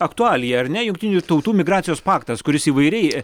aktualija ar ne jungtinių tautų migracijos paktas kuris įvairiai